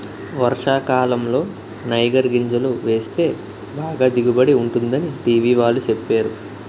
వర్షాకాలంలో నైగర్ గింజలు వేస్తే బాగా దిగుబడి ఉంటుందని టీ.వి వాళ్ళు సెప్పేరు